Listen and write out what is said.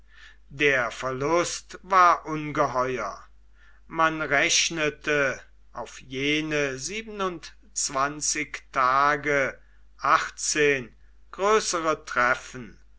der verlust war ungeheuer man rechnete auf jene siebenundzwanzig tage achtzehn größere treffen